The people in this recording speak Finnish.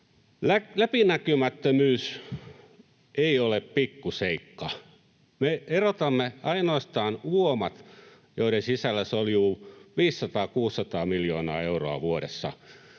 Läpinäkymättömyys ei ole pikkuseikka. Me erotamme ainoastaan uomat, joiden sisällä soljuu 500—600 miljoonaa euroa vuodessa.